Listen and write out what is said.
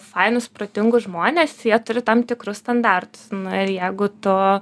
fainus protingus žmones jie turi tam tikrus standartus na ir jeigu tu